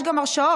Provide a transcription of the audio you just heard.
יש גם הרשעות.